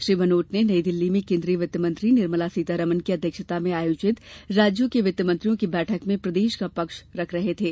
श्री भनोत नई दिल्ली में केन्द्रीय वित्त मंत्री निर्मला सीतारमन की अध्यक्षता में आयोजित राज्यों के वित्त मंत्रियों की बैठक में प्रदेश का पक्ष रख रहे थे